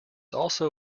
also